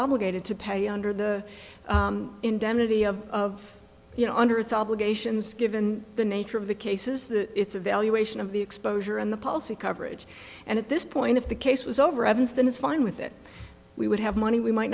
obligated to pay under the indemnity of you know under its obligations given the nature of the cases that it's a valuation of the exposure and the policy coverage and at this point if the case was over evanston is fine with it we would have money we might